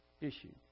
issue